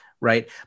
Right